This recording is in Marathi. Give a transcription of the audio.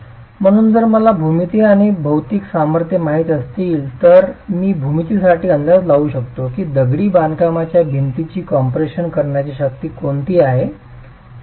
म्हणून जर मला भूमिती आणि भौतिक सामर्थ्ये माहित असतील तर मी भूमितीसाठी अंदाज करू शकतो की दगडी बांधकामाच्या भिंतीची कॉम्प्रेशन करण्याची शक्ती कोणती आहे ते ठीक आहे